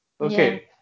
okay